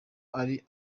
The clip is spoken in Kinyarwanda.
ari